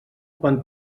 quan